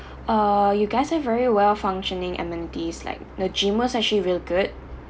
uh you guys have very well functioning amenities like the gym was actually real good